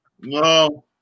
No